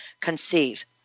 Conceive